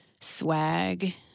swag